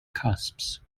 cusps